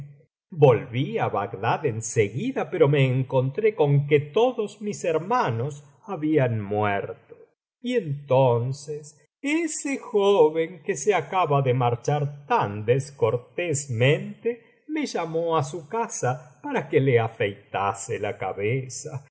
á bagdad en seguida pero me encontré con que todos mis hermanos habían muerto y entonces ese joven que se acaba de marchar tan descortésmente me llamó á su casa para que le afeitase la cabeza y